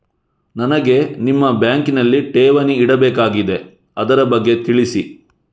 ನನಗೆ ನಿಮ್ಮ ಬ್ಯಾಂಕಿನಲ್ಲಿ ಠೇವಣಿ ಇಡಬೇಕಾಗಿದೆ, ಅದರ ಬಗ್ಗೆ ತಿಳಿಸಿ